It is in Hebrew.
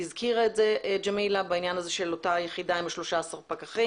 הזכירה את זה ג'מילה בעניין הזה של אותה יחידה עם ה-13 פקחים,